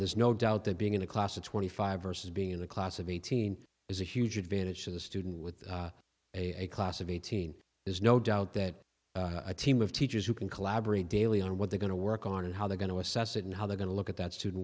there's no doubt that being in a class of twenty five versus being in the class of eighteen is a huge advantage to the student with a class of eighteen there's no doubt that a team of teachers who can collaborate daily on what they're going to work on and how they're going to assess it and how they're going to look at that student